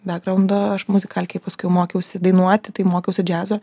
bekraundo aš muzikalkėj paskui mokiausi dainuoti tai mokiausi džiazo